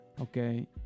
okay